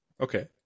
Okay